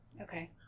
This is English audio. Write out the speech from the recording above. Okay